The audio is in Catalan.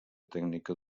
tècnica